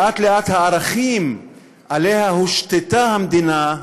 לאט-לאט הערכים שעליהם הושתתה המדינה,